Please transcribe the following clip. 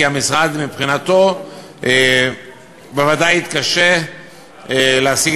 כי המשרד מבחינתנו בוודאי יתקשה להשיג